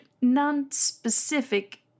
non-specific